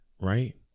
right